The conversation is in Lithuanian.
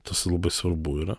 tasai labai svarbu yra